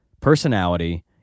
personality